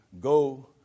go